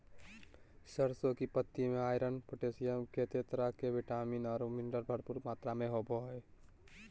सरसों की पत्ति में आयरन, पोटेशियम, केते तरह के विटामिन औरो मिनरल्स भरपूर मात्रा में होबो हइ